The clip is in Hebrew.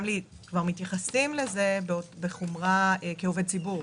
אנחנו רואות את הנהג כעובד ציבור.